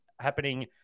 happening